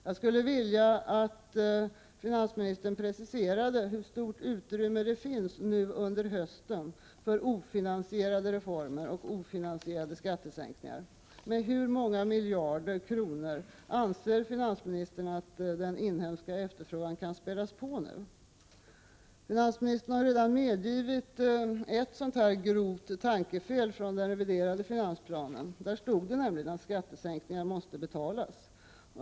Jag skulle vilja att finansministern preciserade hur stort utrymme det finns nu under hösten för ofinansierade reformer och ofinansierade skattesänkningar. Med hur många miljarder kronor anser finansministern att den inhemska efterfrågan kan spädas på nu? Finansministern har redan medgett ett grovt tankefel i den reviderade finansplanen. Där står nämligen att skattesänkningar måste betalas.